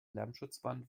lärmschutzwand